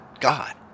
God